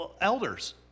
elders